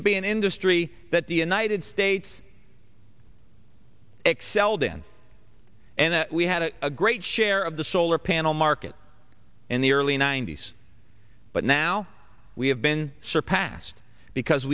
to be an industry that knighted states excelled in and we had a great share of the solar panel market in the early ninety's but now we have been surpassed because